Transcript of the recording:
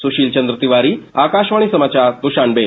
सुशील चंद्र तिवारी आकाशवाणी समाचार दुशानबे